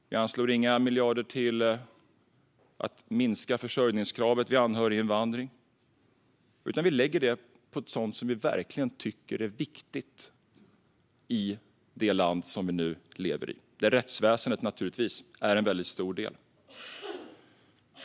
Vi anslår inga miljarder till att minska försörjningskravet vid anhöriginvandring. Vi lägger i stället pengarna på sådant som vi verkligen tycker är viktigt i det land som vi nu lever i, där rättsväsendet naturligtvis är en väldigt stor del.